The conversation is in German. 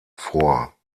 vor